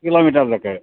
kilometre ಲೆಕ್ಕವೆ